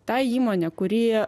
ta įmonę kuri